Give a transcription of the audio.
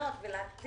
המקומיות ולתת